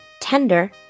tender